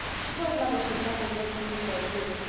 she told mother she'd never live to eat their fruit,